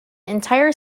entire